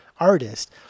artist